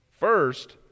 First